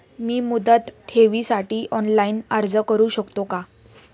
मी मुदत ठेवीसाठी ऑनलाइन अर्ज करू शकतो का?